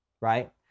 right